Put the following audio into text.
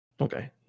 Okay